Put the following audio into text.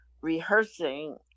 rehearsing